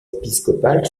épiscopal